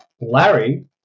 Larry